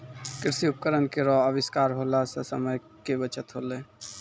कृषि उपकरण केरो आविष्कार होला सें समय के बचत होलै